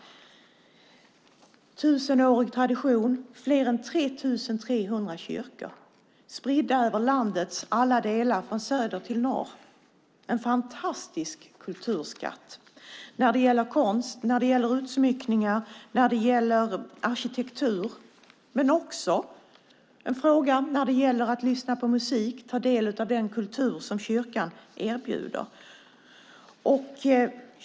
Det är en tusenårig tradition med fler än 3 300 kyrkor spridda över landets alla delar, från söder till norr. Det är en fantastisk kulturskatt i form av konst, utsmyckningar och arkitektur men också när man vill lyssna på musik och ta del av den kultur som kyrkan erbjuder.